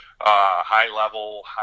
high-level